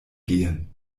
gehen